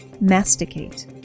Masticate